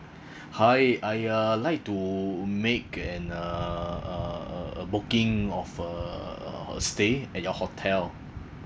hi I uh like to make an uh booking of uh stay at your hotel